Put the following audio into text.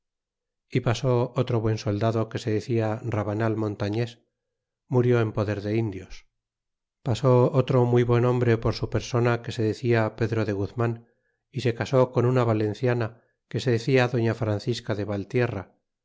y pasó otro buen soldado que se decia rabanal montañes murió en poder de indios pasó otro muy buen hombre por su persona que se decía pedro de guzman é se casó con una valenciana que se decia doña francisca de valtierra